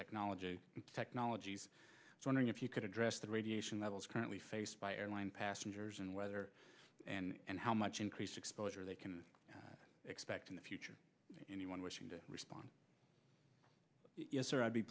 technology technologies so knowing if you could address the radiation levels currently faced by airline passengers and whether and how much increase exposure they can expect in the future anyone wishing to respond sir i'd be